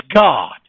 God